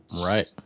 Right